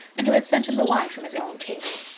and who had sent him the wine from his own table,